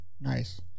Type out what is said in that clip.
nice